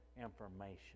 information